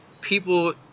people